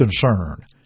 concern